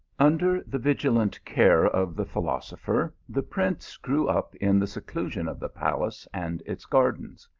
under the vigilant care of the philosopher, the prince grew up in the seclusion of the palace and its gardens.